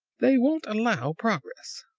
they won't allow progress.